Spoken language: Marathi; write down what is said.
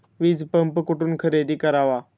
वीजपंप कुठून खरेदी करावा?